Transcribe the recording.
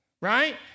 right